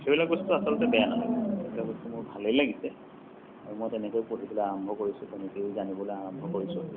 সেইবিলাক বস্তু আচলতে বেয়া নালাগে সেইবিলাক বস্তু মোৰ ভালেই লাগিছে আৰু মই তেনেকৈ পঢ়িবলৈ আৰম্ভ কৰিছোঁ তেনেকেই জানিবলৈ আৰম্ভ কৰিছোঁ